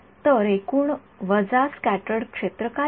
तर एकूण वजा स्क्याटर्ड क्षेत्र काय आहे